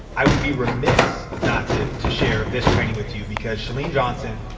i would be remiss not to to share this training with you because chalene johnson,